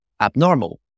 abnormal